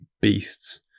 beasts